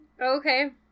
okay